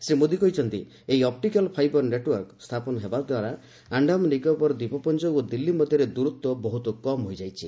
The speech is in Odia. ଶ୍ରୀ ମୋଦି କହିଛନ୍ତି ଏହି ଅପ୍ଟିକାଲ୍ ଫାଇବର୍ ନେଟ୍ୱର୍କ ସ୍ଥାପନ ହେବା ପରେ ଆଖାମାନ୍ ନିକୋବର ଦ୍ୱୀପପୁଞ୍ଜ ଓ ଦିଲ୍ଲୀ ମଧ୍ୟରେ ଦୂରତ୍ୱ ବହୁତ କମ୍ ହୋଇଯାଇଛି